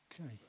Okay